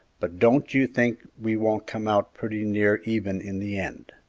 but don't you think we won't come out pretty near even in the end!